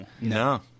no